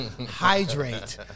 hydrate